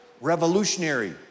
revolutionary